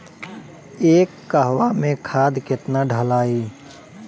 एक कहवा मे खाद केतना ढालाई?